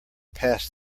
pass